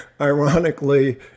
ironically